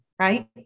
right